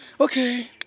Okay